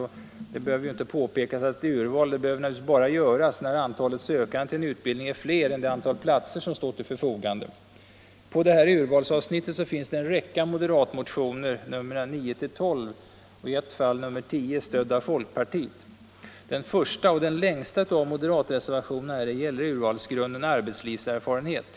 Det är inte nödvändigt att påpeka att urval bara behöver göras när antalet sökande till en utbildning är större än det antal platser som står till förfogande. I urvalsavsnittet finns en räcka moderatreservationer, nr 9-12; en av dem, nr 10, stöds också av folkpartiet. Den första och längsta av moderatreservationerna gäller urvalsgrunden arbetslivserfarenhet.